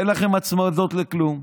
אין לכם הצמדות לכלום.